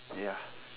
ya